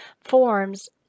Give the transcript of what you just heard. forms